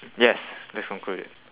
yes let's conclude it